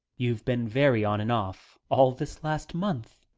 you've been very on and off all this last month.